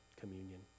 communion